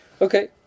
Okay